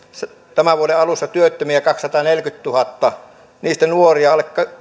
tämän vuoden alussa kaksisataaneljäkymmentätuhatta heistä nuoria alle